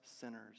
sinners